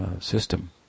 system